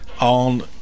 on